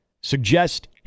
suggest